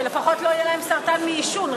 שלפחות לא יהיה להם סרטן מעישון,